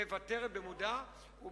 מוותרת במודע.